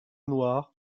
noir